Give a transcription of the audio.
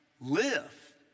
live